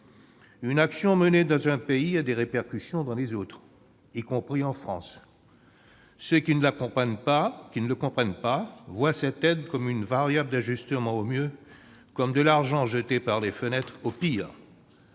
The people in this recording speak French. Une action menée dans un pays a des répercussions dans les autres, y compris en France. Ceux qui ne le comprennent pas voient cette aide, au mieux, comme une variable d'ajustement et, au pire, comme de l'argent jeté par les fenêtres.